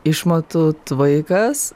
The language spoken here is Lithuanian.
išmatų tvaikas